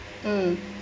mm